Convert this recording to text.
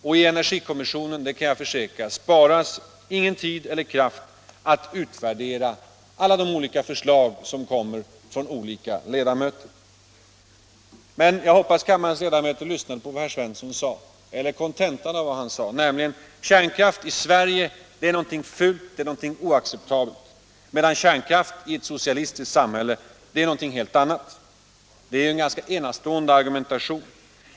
Och i energikommissionen sparas, det kan jag försäkra, ingen tid eller kraft för att utvärdera alla de olika förslag som kommer från olika ledamöter. Jag hoppas att kammarens ledamöter uppmärksammade kontentan av vad Jörn Svensson sade: kärnkraft i Sverige är någonting fult, någonting oacceptabelt, medan kärnkraft i ett socialistiskt samhälle är någonting helt annat. Det är en ganska enastående argumentation.